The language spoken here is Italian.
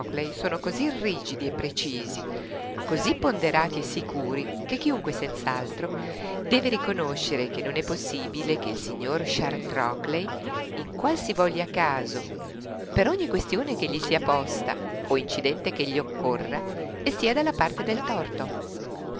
sono così rigidi e precisi così ponderati e sicuri che chiunque senz'altro deve riconoscere che non è possibile che il signor charles trockley in qual si voglia caso per ogni questione che gli sia posta o incidente che gli occorra stia dalla parte del torto